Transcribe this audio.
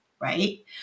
right